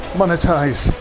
monetize